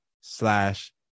slash